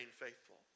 faithful